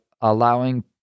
allowing –